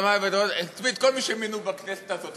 את כל מי שמינו בכנסת הזאת,